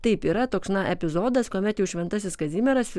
taip yra toks na epizodas kuomet jau šventasis kazimieras